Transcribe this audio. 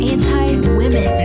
Anti-women